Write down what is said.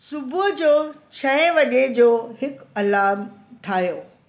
सुबुह जो छह वजे जो हिकु अलार्म ठाहियो